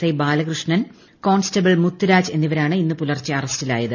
I Balakrishnan constable Muthuraj എന്നിവരാണ് ഇന്ന് പൂലർച്ചെ അറസ്റ്റിലായത്